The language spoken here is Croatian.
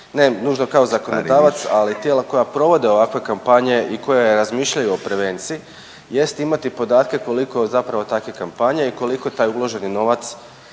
ne nužno kao zakonodavac, ali tijela koja provode ovakve kampanje i koje razmišljaju o prevenciji jest imati podatke koliko je zapravo takvih kampanja i koliko taj uloženi novac